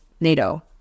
NATO